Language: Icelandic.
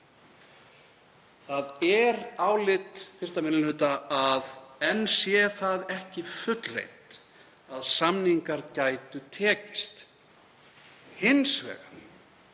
minni hluta að enn sé það ekki fullreynt að samningar gætu tekist. Hins vegar